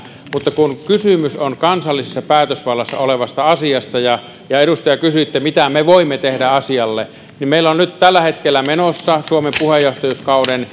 kysymys on kansallisessa päätösvallassa olevasta asiasta ja kun edustaja kysyitte mitä me voimme tehdä asialle niin meillä on nyt tällä hetkellä menossa suomen puheenjohtajuuskauden